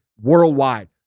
worldwide